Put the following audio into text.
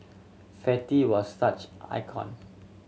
fatty was such icon